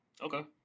Okay